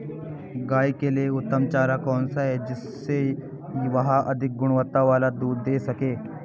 गाय के लिए उत्तम चारा कौन सा है जिससे वह अधिक गुणवत्ता वाला दूध दें सके?